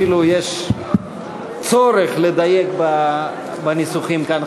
אפילו יש צורך לדייק בניסוחים כאן.